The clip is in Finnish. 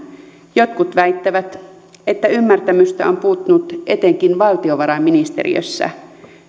jotkut väittävät että ymmärtämystä on puuttunut etenkin valtiovarainministeriössä